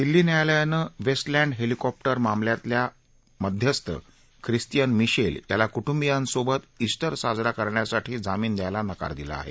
दिल्ली न्यायालयानं Westland helicopter मामल्यातला मध्यस्थ ख्रिस्तियन मिशेल याला कुटुंबियांसोबत उट्टर साजरा करण्यासाठी जामिन द्यायला नकार दिला आहे